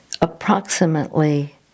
approximately